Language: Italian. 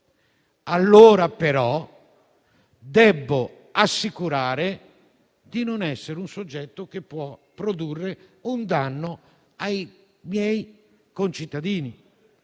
il vaccino, devo assicurare però di non essere un soggetto che può produrre un danno ai miei concittadini.